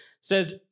says